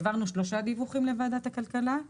העברנו שלושה דיווחים לוועדת הכלכלה.